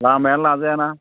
लामायानो लाजायाना